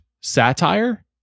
satire